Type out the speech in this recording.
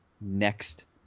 next